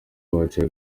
baciye